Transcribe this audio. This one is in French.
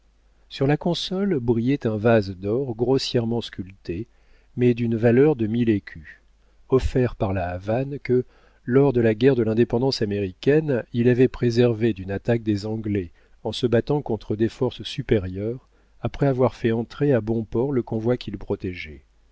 sur la console brillait un vase d'or grossièrement sculpté mais d'une valeur de mille écus offert par la havane que lors de la guerre de l'indépendance américaine il avait préservée d'une attaque des anglais en se battant contre des forces supérieures après avoir fait entrer à bon port le convoi qu'il protégeait